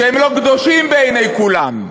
שהם לא קדושים בעיני כולם?